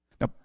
Now